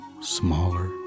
smaller